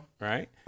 right